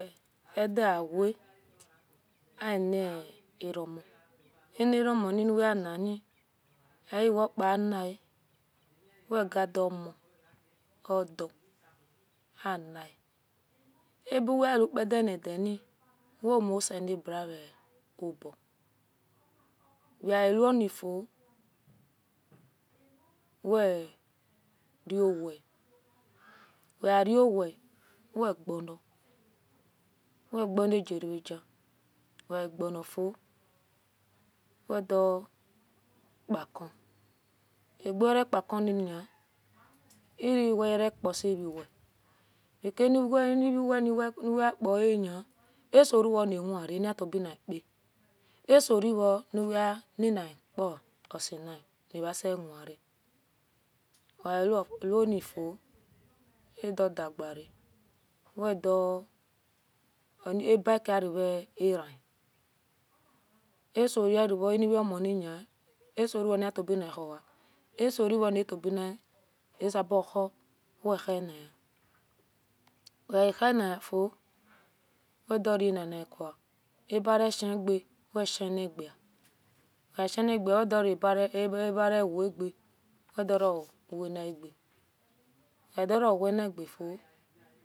Edeawua aeni aroma aniromani uwehenini aiwefahinin wegather omo odo anin abuweuvu padanidani omusebebua hobo wewonifo werowe wegono wegonagerevogan weagonifio wedo kakn abuwere kakn ni treweokasiviwe anveweni uwehioani asoro nawira nihitobiyaka asorevouwehileyao sehinamasewere wewanifo adudagaro abakigarivam asovonuwemonini asoronahitobiye oa asoiroeasabohi wehina weihie afio wedolayalikuwa abareshge weshgea wedoreabare wage weduowenige weadrowiyagefao